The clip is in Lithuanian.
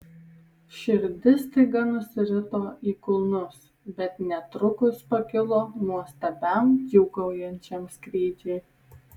širdis staiga nusirito į kulnus bet netrukus pakilo nuostabiam džiūgaujančiam skrydžiui